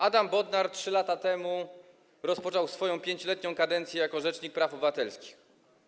Adam Bodnar 3 lata temu rozpoczął swoją 5-letnią kadencję jako rzecznik praw obywatelskich.